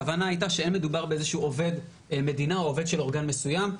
הכוונה הייתה שאין מדובר בעובד מדינה או עובד של אורגן מסוים,